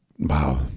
wow